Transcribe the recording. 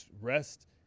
rest